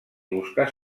buscar